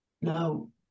No